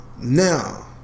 Now